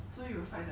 oh